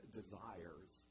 desires